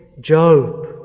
Job